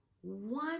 one